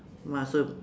!wah! so